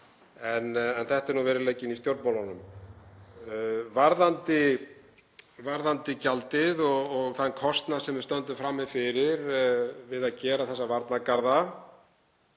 En þetta er nú veruleikinn í stjórnmálunum. Varðandi gjaldið og þann kostnað sem við stöndum frammi fyrir við að gera þessa varnargarða